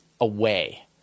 away